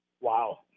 Wow